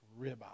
ribeye